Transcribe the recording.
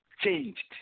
changed